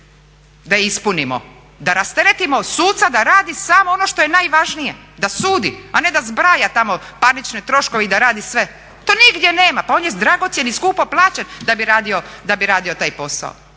je ispunimo, da rasteretimo suca da radi samo ono što je najvažnije, da sudi, a ne da zbraja tamo parnične troškove i da radi sve. To nigdje nema, pa on je dragocjen i skupo plaćen da bi radio taj posao.